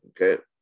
Okay